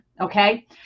Okay